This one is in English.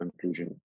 conclusion